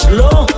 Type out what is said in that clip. low